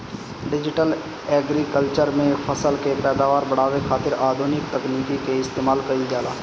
digital agriculture में फसल के पैदावार बढ़ावे खातिर आधुनिक तकनीकी के इस्तेमाल कईल जाला